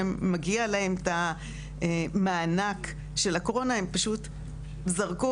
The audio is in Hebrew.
שמגיע להם מענק של הקורונה הם פשוט זרקו